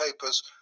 papers